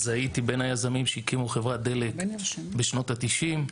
אז הייתי בין היזמים שהקימו חברת דלק בשנות ה-90.